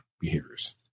behaviors